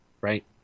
right